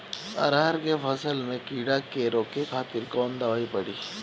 अरहर के फसल में कीड़ा के रोके खातिर कौन दवाई पड़ी?